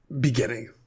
beginning